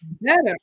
better